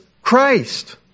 Christ